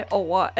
over